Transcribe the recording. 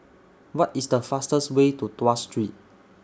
What IS The fastest Way to Tuas Street